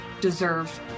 deserve